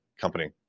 company